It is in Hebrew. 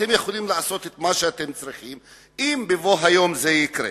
אתם יכולים לעשות את מה שאתם צריכים אם בבוא היום זה יקרה.